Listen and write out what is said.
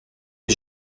des